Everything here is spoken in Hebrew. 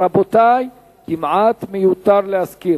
רבותי, כמעט מיותר להזכיר,